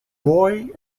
roy